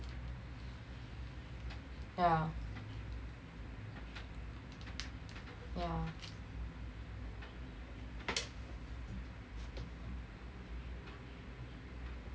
yeah yeah